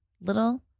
little